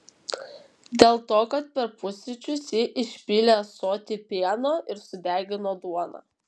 dėl to kad per pusryčius ji išpylė ąsotį pieno ir sudegino duoną